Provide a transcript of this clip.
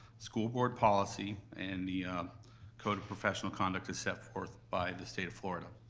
school board policy and the code of professional conduct as set forth by the state of florida.